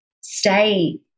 stay